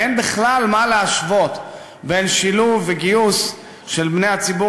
ואין בכלל מה להשוות בין שילוב וגיוס של בני הציבור